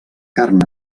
carn